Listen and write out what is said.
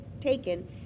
taken